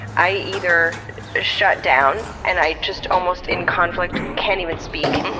i either shut down and i just, almost in conflict, can't even speak.